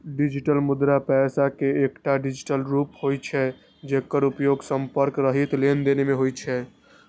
digital मुद्रा पैसा के एकटा डिजिटल रूप होइ छै, जेकर उपयोग संपर्क रहित लेनदेन मे होइ छै